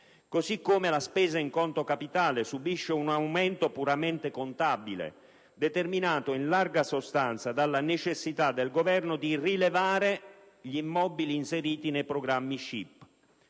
Così come la spesa in conto capitale subisce un aumento puramente contabile, determinato in larga sostanza dalla necessità del Governo di rilevare gli immobili inseriti nei programmi SCIP.